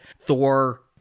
Thor